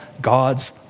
God's